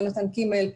יונתן קימל,